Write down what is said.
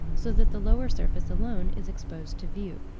so that the lower surface alone is exposed to view.